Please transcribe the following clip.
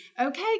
okay